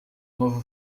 novo